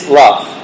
love